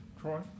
Troy